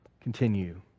continue